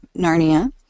Narnia